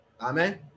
Amen